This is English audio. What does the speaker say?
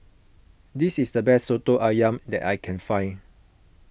this is the best Soto Ayam that I can find